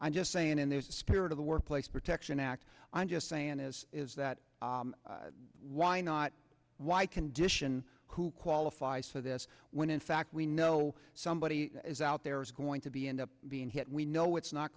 i'm just saying and there's a spirit of the workplace protection act i'm just saying is is that why not why condition who qualifies for this when in fact we know somebody is out there is going to be end up being hit we know it's not